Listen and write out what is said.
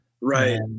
Right